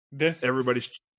everybody's